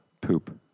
Poop